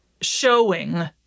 showing